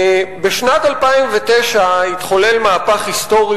בשנת 2009 התחולל מהפך היסטורי,